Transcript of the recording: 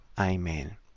Amen